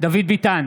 דוד ביטן,